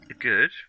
Good